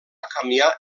canviar